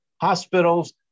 hospitals